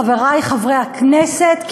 חברי חברי הכנסת,